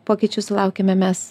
pokyčių sulaukiame mes